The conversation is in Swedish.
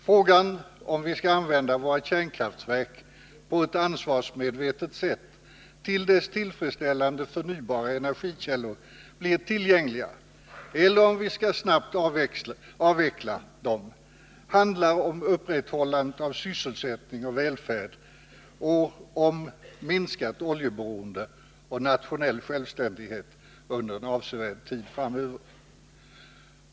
Frågan om vi skall använda våra kärnkraftverk på ett ansvarsmedvetet sätt till dess tillfredsställande förnybara energikällor blir tillgängliga eller om vi snabbt skall avveckla dem handlar både om upprätthållande av sysselsättning och välfärd och om minskat oljeberoende och nationell självständighet under en avsevärd tid framöver.